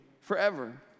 forever